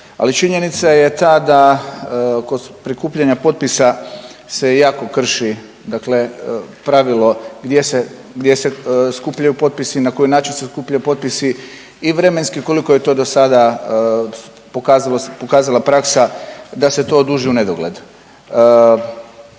činjenica je ta da kod prikupljanja potpisa se jako krši dakle pravilo gdje se skupljaju potpisi, na koji način se skupljaju potpisi i vremenski koliko je to do sada pokazalo se, pokazala praksa da se to oduži u nedogled.